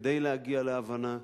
כדי להגיע להבנה,